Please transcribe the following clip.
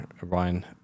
Ryan